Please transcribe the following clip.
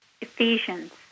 Ephesians